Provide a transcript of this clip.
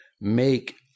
make